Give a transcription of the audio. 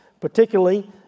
particularly